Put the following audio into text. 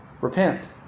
Repent